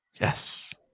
Yes